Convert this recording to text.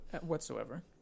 whatsoever